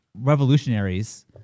revolutionaries